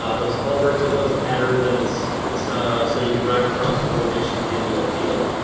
ah those culverts it doesn't matter that it's it's so you can drive across the road ditch to get into a field.